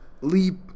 leap